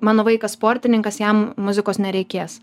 mano vaikas sportininkas jam muzikos nereikės